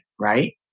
right